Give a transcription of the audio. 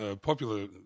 popular